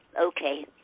Okay